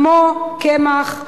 כמו קמח,